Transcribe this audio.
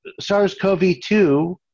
SARS-CoV-2